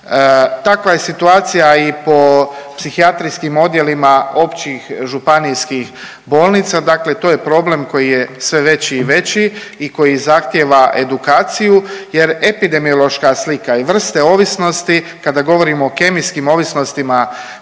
Takva je situacija i po psihijatrijskih odjelima općih županijskih bolnica, dakle, to je problem koji je sve veći i veći i koji zahtjeva edukaciju jer epidemiološka slika i vrste ovisnosti kada govorimo o kemijskim ovisnostima